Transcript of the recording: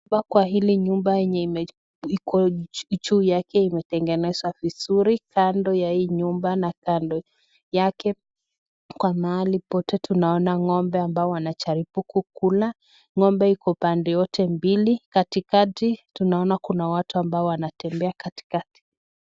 Hapa kwa hii nyumba yenye imejengwa iko juu yake imetengenezwa vizuri kando ya hii nyumba na kando yake kwa mahali pote tunaona ngombe wanajaribu kukula ngombe iko pande yote mbili katikati tunaona kuna watu ambao wanatembea katikati